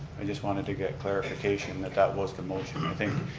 i just wanted to get clarification that that was the motion. i